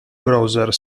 browser